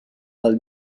dal